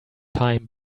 time